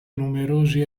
numerosi